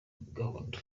gahunda